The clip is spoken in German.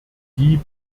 die